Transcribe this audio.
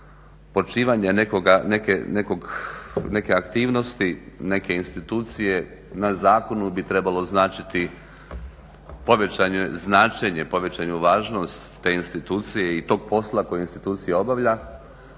počivanje neke aktivnosti neke institucije na zakonu bi trebalo označiti povećano značenje, povećanu važnost te institucije i tog posla koje institucija obavlja.